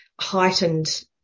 heightened